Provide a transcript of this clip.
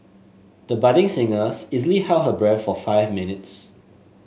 the budding singers easily held her breath for five minutes